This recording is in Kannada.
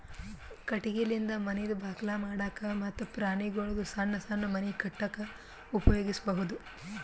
ಕಟಗಿಲಿಂದ ಮನಿದ್ ಬಾಕಲ್ ಮಾಡಕ್ಕ ಮತ್ತ್ ಪ್ರಾಣಿಗೊಳ್ದು ಸಣ್ಣ್ ಸಣ್ಣ್ ಮನಿ ಕಟ್ಟಕ್ಕ್ ಉಪಯೋಗಿಸಬಹುದು